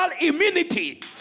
immunity